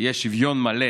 יהיה שוויון מלא